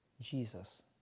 Jesus